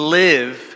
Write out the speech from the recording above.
live